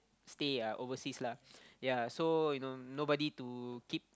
stay uh overseas lah ya so you know nobody to keep